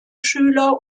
schüler